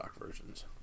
versions